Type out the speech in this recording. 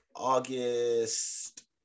August